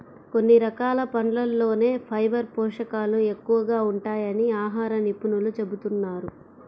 కొన్ని రకాల పండ్లల్లోనే ఫైబర్ పోషకాలు ఎక్కువగా ఉంటాయని ఆహార నిపుణులు చెబుతున్నారు